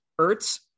Ertz